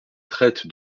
traite